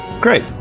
great